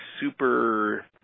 super